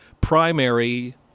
primary